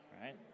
Right